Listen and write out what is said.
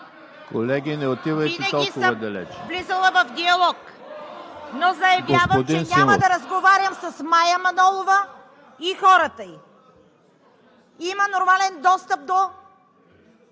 Винаги съм влизала в диалог, но заявявам, че няма да разговарям с Мая Манолова и хората ѝ. Има нормален достъп до